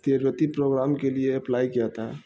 تیروتی programme کے لیے apply کیا تھا